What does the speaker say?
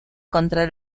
contra